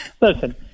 listen